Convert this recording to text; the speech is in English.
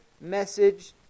message